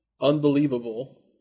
Unbelievable